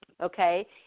Okay